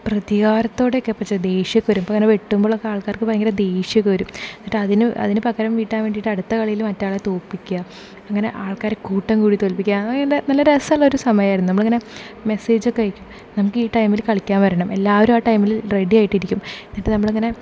പ്രതികാരത്തോടൊക്കെ ദേശ്യപ്പെടും ഇപ്പം ഇങ്ങനെ വെട്ടുമ്പലൊക്കെ ആൾക്കാർക്ക് ഭയങ്കര ദേഷ്യം ഒക്കെ വരും എന്നിട്ടതിനു അതിന് പകരം വീട്ടാൻ വേണ്ടിട്ട് അടുത്ത കളിലും മറ്റേ ആളെ തോൽപ്പിക്കുക അങ്ങനെ ആൾക്കാരെ കൂട്ടംകൂടി തോല്പിക്ക ആ എന്താ നല്ല രസമുള്ളൊരു സമയായിരുന്നു നമ്മൾ ഇങ്ങനെ മെസ്സേജ് ഒക്കെ അയക്കും നമുക്ക് ഈ ടൈമില് കളിയ്ക്കാൻ വരണം എല്ലാവരും ആ ടൈമിൽ റെഡി ആയിട്ട് ഇരിക്കും എന്നിട്ട് നമ്മളിങ്ങനെ